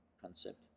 concept